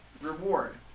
Reward